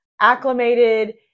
acclimated